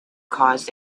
caused